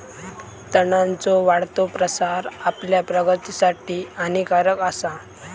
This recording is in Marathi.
तणांचो वाढतो प्रसार आपल्या प्रगतीसाठी हानिकारक आसा